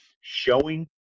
showing